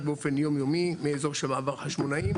באופן יום יומי מאזור של מעבר חשמונאים.